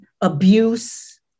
abuse